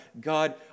God